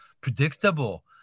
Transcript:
predictable